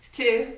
two